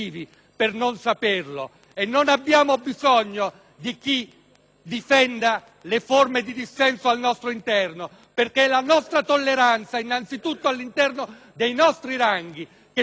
perché è la nostra tolleranza, innanzitutto all'interno dei nostri ranghi, che ci porta ad avere rispetto e a considerare le forme di dissenso, comunque esse si esprimano.